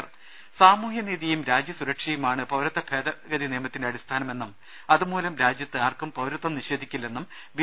രുട്ടിട്ട്ട്ട്ട്ട്ട ട സാമൂഹ്യനീതിയും രാജ്യസുരക്ഷയുമാണ് പൌരത്വഭേദഗതി നിയമത്തി ന്റെ അടിസ്ഥാനമെന്നും അതുമൂലം രാജ്യത്ത് ആർക്കും പൌരത്വം നിഷേധി ക്കില്ലെന്നും ബി